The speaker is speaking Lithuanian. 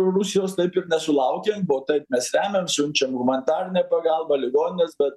rusijos taip ir nesulaukėm būvo taip mes remiam siunčiam humanitarinę pagalbą į ligonines bet